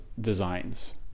designs